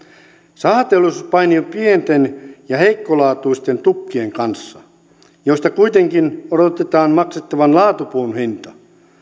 sahateollisuus painii pienten ja heikkolaatuisten tukkien kanssa joista kuitenkin odotetaan maksettavan laatupuun hinta